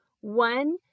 One